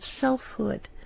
selfhood